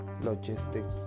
logistics